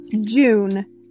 June